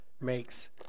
makes